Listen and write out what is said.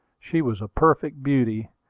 she was a perfect beauty,